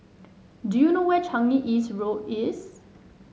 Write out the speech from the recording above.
do you know where Changi East Road is